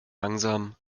langsam